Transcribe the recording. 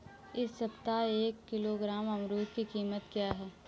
इस सप्ताह एक किलोग्राम अमरूद की कीमत क्या है?